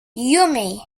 yummy